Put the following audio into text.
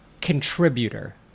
contributor